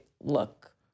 look